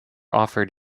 offered